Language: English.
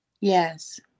Yes